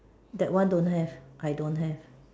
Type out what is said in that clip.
that one don't have I don't have